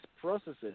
processes